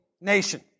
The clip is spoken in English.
nation